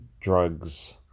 drugs